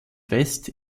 west